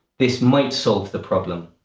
this might solve the problem.